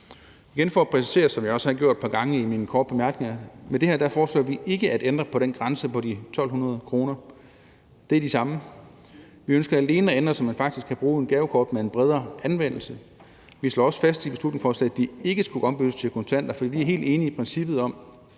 Igen for at præcisere, som jeg også har gjort et par gange i mine korte bemærkninger, vil jeg sige, at vi med det her ikke foreslår at ændre på den grænse på 1.200 kr. Det er det samme. Vi ønsker alene at ændre det, så man faktisk kan bruge et gavekort med en bredere anvendelse. Vi slår også fast i beslutningsforslaget, at det ikke skal ombyttes til kontanter, for vi er helt enige i princippet om,